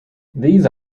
these